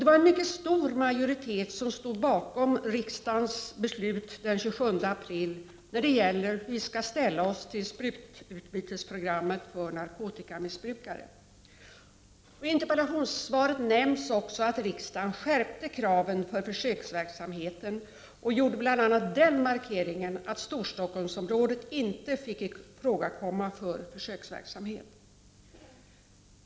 Det var en mycket stor majoritet som stod bakom riksdagens beslut den 27 april som gällde hur vi skall ställa oss till sprututbytesprogrammet för narkotikamissbrukare. I interpellationssvaret nämns också att riksdagen skärpte kraven för försöksverksamheten och bl.a. gjorde den markeringen att Storstockholmsområdet inte fick ifrågakomma för försöksverksamhet.